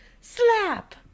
Slap